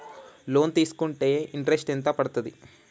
Loan తీస్కుంటే interest ఎంత పడ్తది?